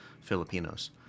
Filipinos